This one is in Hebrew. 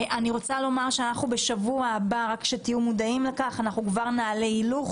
אני רוצה לומר שבשבוע הבא רק שתהיו מודעים לכך נעלה הילוך